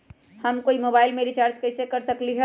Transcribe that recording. हम कोई मोबाईल में रिचार्ज कईसे कर सकली ह?